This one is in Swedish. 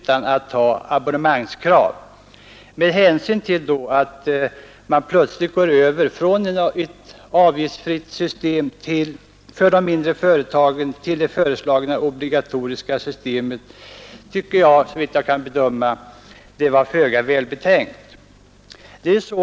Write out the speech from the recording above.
Men att nu helt plötsligt gå över från ett avgiftsfritt system för de mindre företagen till det föreslagna obligatoriska systemet tycker jag är föga välbetänkt.